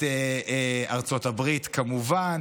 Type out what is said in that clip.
את ארצות הברית כמובן.